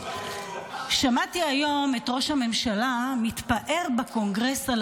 שמעתי היום את ראש הממשלה מתפאר בקונגרס על